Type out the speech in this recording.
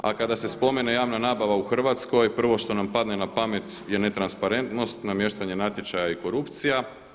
A kada se spomene javna nabava u Hrvatskoj prvo što nam padne na pamet je ne transparentnost, namještanje natječaja i korupcija.